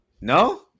No